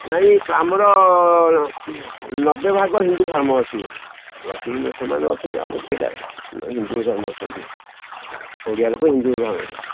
ନାଇ ଆମର ନବେ ଭାଗ ହିନ୍ଦୁ ଧର୍ମ ଅଛି ବାକି ମୁସଲମାନ୍ ଅଛନ୍ତି ଆମର ସେଇଟା ହିନ୍ଦୁ ଧର୍ମ ଅଛନ୍ତି ଓଡ଼ିଆ ଲୋକ ହିନ୍ଦୁ ଧର୍ମ